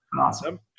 Awesome